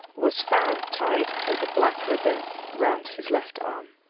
was found tied with a black ribbon round his left arm.